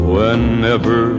Whenever